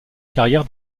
carrière